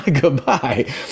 goodbye